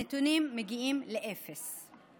הנתונים מגיעים לאפס.